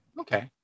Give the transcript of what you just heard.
Okay